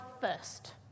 first